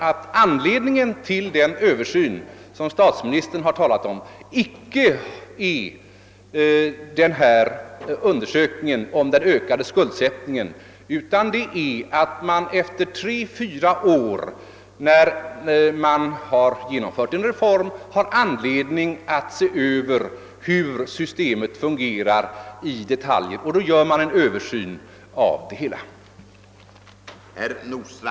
Anledningen till den översyn som statsministern talat om är inte, jag upprepar det, SACO:s undersökning om den ökade skuldsättningen, utan att vi tre—fyra år efter reformens genomförande har anledning se över hur systemet fungerat i detalj.